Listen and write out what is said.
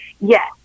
yes